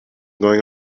going